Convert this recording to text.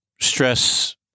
stress